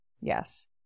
Yes